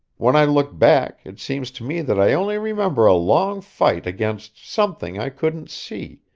when i look back it seems to me that i only remember a long fight against something i couldn't see,